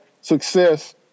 success